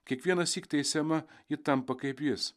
kiekvienąsyk teisiama ji tampa kaip jis